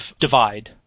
divide